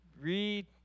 read